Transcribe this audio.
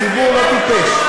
הציבור לא טיפש,